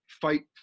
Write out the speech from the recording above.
fight